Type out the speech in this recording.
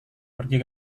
pergi